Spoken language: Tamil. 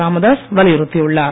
ராமதாஸ் வலியுறுத்தியுள்ளார்